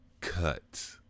Cut